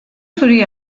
zuri